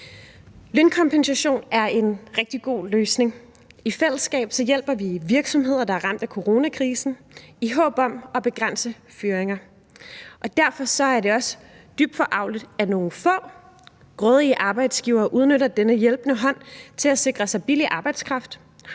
Lønkompensation er en rigtig god løsning. I fællesskab hjælper vi virksomheder, der er ramt af coronakrisen, i håb om at begrænse fyringer. Derfor er det også dybt forargeligt, at nogle få grådige arbejdsgivere udnytter denne hjælpende hånd til at sikre sig billig arbejdskraft,